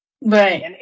Right